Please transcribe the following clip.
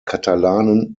katalanen